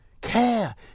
Care